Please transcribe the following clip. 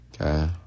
Okay